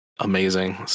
Amazing